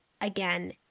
again